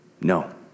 no